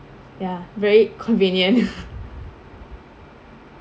ya very convenient